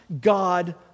God